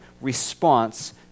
response